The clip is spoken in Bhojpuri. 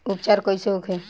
उपचार कईसे होखे?